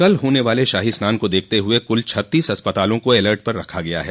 कल होने वाले शाहो स्नान को देखते हुए कुल छत्तीस अस्पतालों को एलर्ट पर रखा गया है